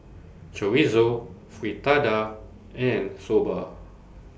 Chorizo Fritada and Soba